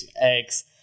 eggs